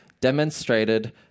demonstrated